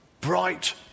bright